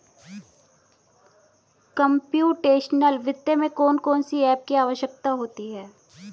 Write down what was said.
computational वित्त में कौन कौन सी एप की आवश्यकता होती है